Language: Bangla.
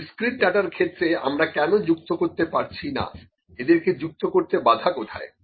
ডিসক্রিট ডাটার ক্ষেত্রে আমরা কেন যুক্ত করতে পারছি না এদেরকে যুক্ত করতে বাধা কোথায়